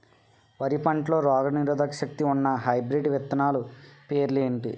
వరి పంటలో రోగనిరోదక శక్తి ఉన్న హైబ్రిడ్ విత్తనాలు పేర్లు ఏంటి?